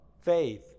faith